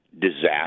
disaster